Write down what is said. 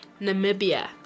Namibia